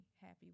happy